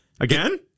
Again